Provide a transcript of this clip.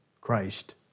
Christ